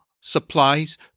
Supplies